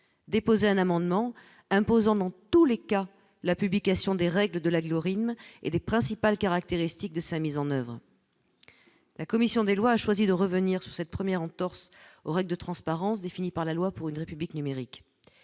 déposé un amendement imposant dans tous les cas, la publication des règles de l'agglo, RIM et des principales caractéristiques de sa mise en oeuvre, la commission des lois a choisi de revenir sur cette première entorses aux règles de transparence définies par la loi pour une République numérique